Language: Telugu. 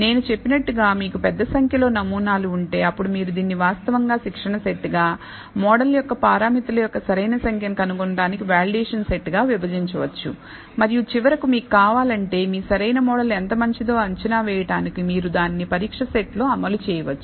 నేను చెప్పినట్లుగా మీకు పెద్ద సంఖ్యలో నమూనాలు ఉంటే అప్పుడు మీరు దీన్ని వాస్తవంగా శిక్షణ సెట్ గా మోడల్ యొక్క పారామితుల యొక్క సరైన సంఖ్య కనుగొనటానికి వాలిడేషన్ సెట్ గా విభజించవచ్చు మరియు చివరకు మీకు కావాలంటే మీ సరైన మోడల్ ఎంత మంచిదో అంచనా వేయడానికి మీరు దానిని పరీక్ష సెట్లో అమలు చేయవచ్చు